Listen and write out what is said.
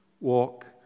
walk